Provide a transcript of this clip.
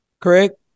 Correct